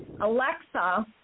Alexa